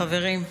חברים,